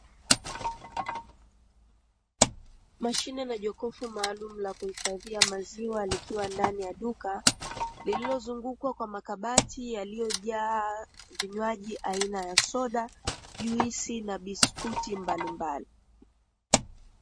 Mashine na jokofu maalumu la kuhifadhia maziwa likiwa ndani ya duka, lililozungukwa kwa makabati yaliyojaa vinywaji aina ya soda, juisi, na biskuti mbalimbali.